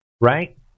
right